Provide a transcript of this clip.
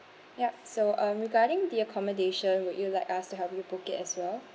yup so um regarding the accommodation would you like us to help you book it as well